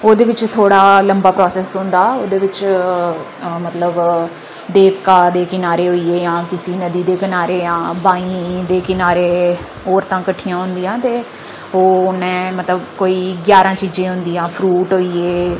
ओह्दे बिच थोह्ड़ा लम्मा प्रासैस्स होंदा ओह्दे बिच मतलब कनारे होई गे जां कुसौ नदी दे कनारे जां बाईं दे कनारे औरतां किट्ठियां होंदियां ते ओह् उ'नें मतलब कोई ञारां चीजां होंदियां फ्रूट होई गे